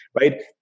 right